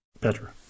better